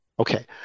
Okay